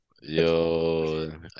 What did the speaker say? Yo